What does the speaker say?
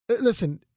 Listen